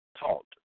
taught